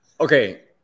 Okay